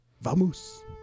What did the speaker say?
Vamos